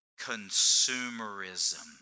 consumerism